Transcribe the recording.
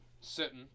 sitting